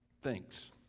Thanks